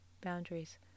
Boundaries